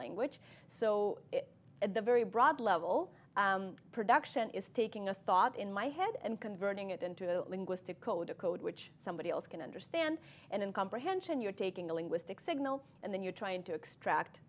language so at the very broad level production is taking a thought in my head and converting it into a linguistic code a code which somebody else can understand and in comprehension you're taking a linguistic signal and then you're trying to extract